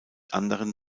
anderen